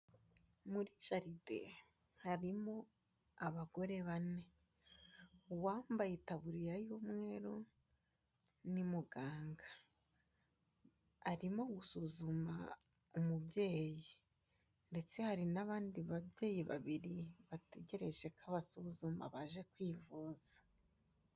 Muri jaride harimo abagore bane, uwambaye itaburiya y'umweru ni muganga, arimo gusuzuma umubyeyi ndetse hari n'abandi babyeyi babiri bategereje ko abasuzuma baje kwivuza.